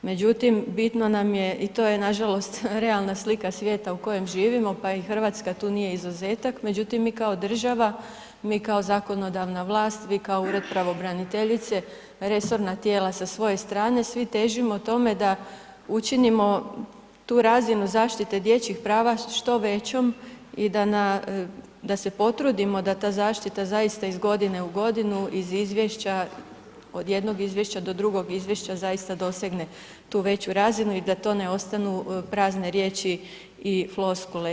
Međutim, bitno nam je i to je nažalost realna slika svijeta u kojem živimo pa i Hrvatska tu nije izuzetak, međutim mi kao država, mi kao zakonodavna vlast, vi kao Ured pravobraniteljice, resorna tijela sa svoje strane, svi težimo tome da učinimo tu razinu zaštite dječjih prava što većom i da se potrudimo da ta zaštita zaista iz godine u godinu iz izvješća od jednog izvješća da drugog izvješća zaista dosegne tu veću razinu i da to ne ostanu prazne riječi i floskule.